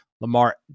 Lamar